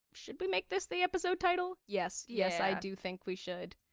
should we make this the episode title? yes. yes. i do think we should.